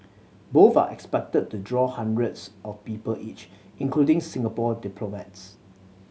both are expected to draw hundreds of people each including Singapore diplomats